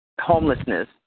homelessness